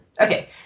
Okay